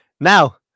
now